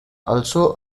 also